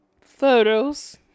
photos